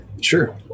sure